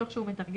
תוך שהוא מתרגל,